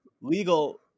legal